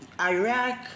Iraq